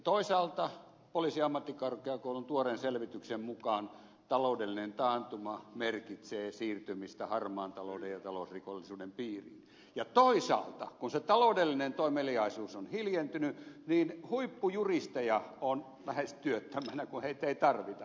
toisaalta poliisiammattikorkeakoulun tuoreen selvityksen mukaan taloudellinen taantuma merkitsee siirtymistä harmaan talouden ja talousrikollisuuden piiriin ja toisaalta kun se taloudellinen toimeliaisuus on hiljentynyt niin huippujuristeja on lähes työttöminä kun heitä ei tarvita